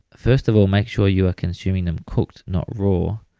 first of all make sure you're consuming them cooked not raw.